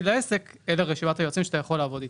לעסק: אלה רשימת היועצים שאתה יכול לעבוד איתם.